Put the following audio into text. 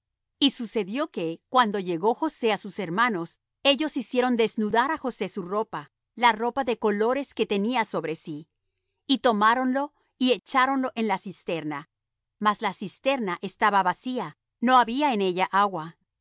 y sucedió que cuando llegó josé á sus hermanos ellos hicieron desnudar á josé su ropa la ropa de colores que tenía sobre sí y tomáronlo y echáronle en la cisterna mas la cisterna estaba vacía no había en ella agua